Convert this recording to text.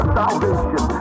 Salvation